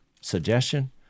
suggestion